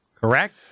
correct